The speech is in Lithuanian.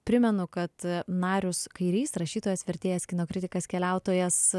primenu kad narius kairys rašytojas vertėjas kino kritikas keliautojas